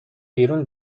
بیرون